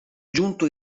giunto